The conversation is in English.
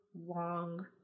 long